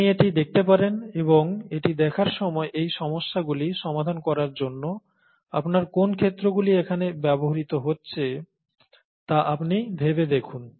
আপনি এটি দেখতে পারেন এবং এটি দেখার সময় এই সমস্যাগুলি সমাধান করার জন্য আপনার কোন ক্ষেত্রগুলি এখানে ব্যবহৃত হচ্ছে তা আপনি ভেবে দেখুন